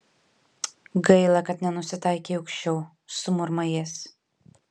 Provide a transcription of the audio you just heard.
gaila kad nenusitaikei aukščiau sumurma jis